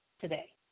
today